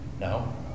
No